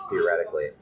theoretically